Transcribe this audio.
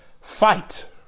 Fight